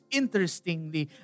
interestingly